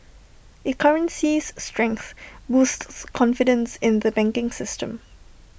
A currency's strength boosts confidence in the banking system